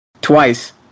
twice